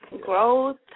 growth